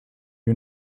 you